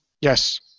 Yes